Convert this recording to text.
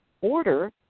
order